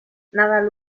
nadal